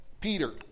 Peter